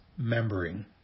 membering